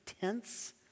tense